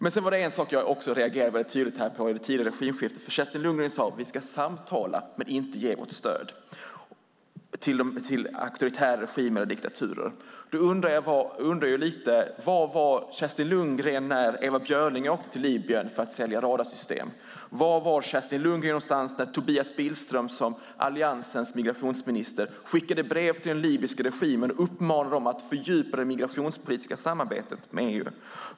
En sak som jag också tydligt reagerade på i ett tidigare replikskifte var att Kerstin Lundgren sade: Vi ska samtala men inte ge vårt stöd till auktoritära regimer och diktaturer. Därför undrar jag: Var var Kerstin Lundgren när Ewa Björling åkte till Libyen för att sälja radarsystem? Och var var Kerstin Lundgren när Tobias Billström som Alliansens migrationsminister skickade brev till den libyska regimen och uppmanade den att fördjupa det migrationspolitiska samarbetet med EU?